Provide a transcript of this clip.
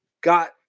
got